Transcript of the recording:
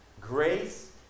Grace